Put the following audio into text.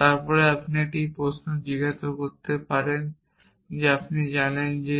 তারপরে আপনি একটি প্রশ্ন জিজ্ঞাসা করতে পারেন যে আপনি জানেন যে